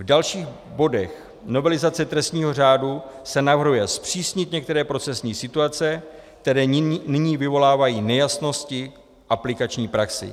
V dalších bodech novelizace trestního řádu se navrhuje zpřísnit některé procesní situace, které nyní vyvolávají nejasnosti v aplikační praxi.